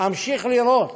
אמשיך לראות